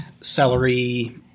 celery